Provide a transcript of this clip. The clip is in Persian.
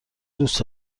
دوست